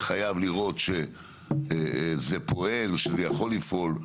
זה חייב לראות שזה פועל, שזה יכול לפעול.